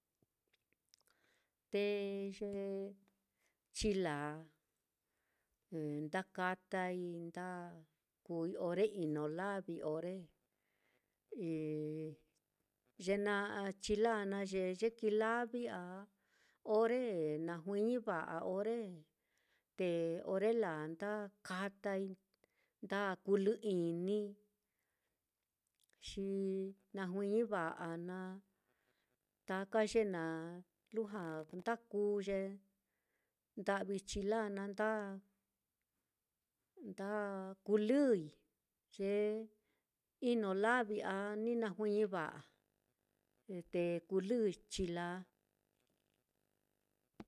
Te ye chilaa nda katai ndakuui ore ino lavi, ore ye na'a chila naá ye kii lavi á ore na juiñi va'a, ore te ore laa nda katai, nda kuulɨ-inii, xi na juiñi va'a na taka ye naá lujua nda kuu ye nda'vi chilaa naá, nda nda kulɨi ye ino lavi á ni na juiñi va'a te kulɨ chila.